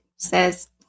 says